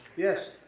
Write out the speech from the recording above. yes,